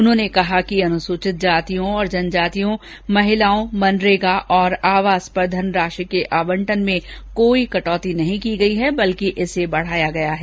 उन्होंने कहा कि अनुसूचित जातियों और जनजातियों महिलाओं मनरेगा और आवास पर धनराशि के आवंटन में कोई कटौती नहीं की गई है बल्कि इसे बढ़ाया गया है